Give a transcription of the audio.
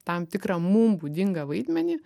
tam tikrą mum būdingą vaidmenį